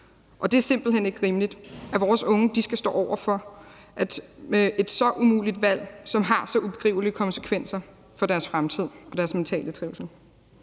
og det er simpelt hen ikke rimeligt, at vores unge skal stå over for et så umuligt valg, som har så ubegribelige konsekvenser for deres fremtid og deres mentale trivsel.